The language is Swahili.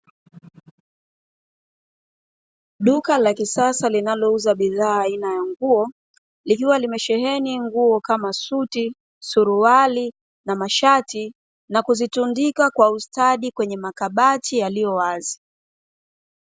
Duka la kisasa linalouza bidhaa aina ya nguo, likiwa limesheheni nguo kama suti, suruali, na mashati na kuzitundika kwa ustadi kwenye makabati yaliyowazi.